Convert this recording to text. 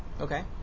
Okay